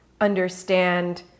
understand